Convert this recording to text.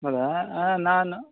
ಹೌದಾ ನಾನು